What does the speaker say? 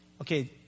okay